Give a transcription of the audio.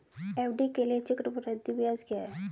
FD के लिए चक्रवृद्धि ब्याज क्या है?